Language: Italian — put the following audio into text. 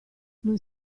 non